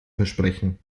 versprechen